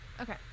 Okay